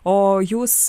o jūs